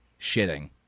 shitting